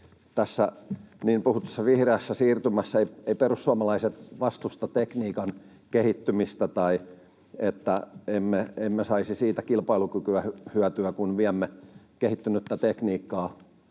tässä niin puhutussa vihreässä siirtymässä perussuomalaiset eivät vastusta tekniikan kehittymistä tai ajattele, että emme saisi siitä kilpailukykyhyötyä, kun viemme kehittynyttä tekniikkaa